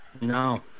No